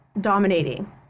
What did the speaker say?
dominating